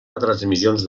retransmissions